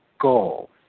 goal